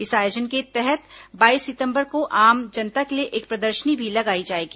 इस आयोजन के तहत बाईस सितम्बर को आम जनता के लिए एक प्रदर्शनी भी लगाई जाएगी